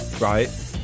Right